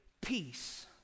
peace